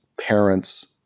parents